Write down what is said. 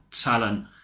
talent